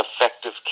effective